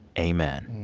amen.